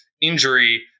injury